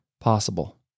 possible